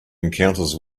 encounters